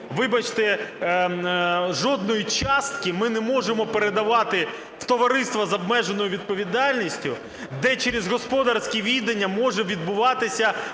вибачте, жодної частки ми не можемо передавати в товариство з обмеженою відповідальністю, де через господарське відання може відбуватися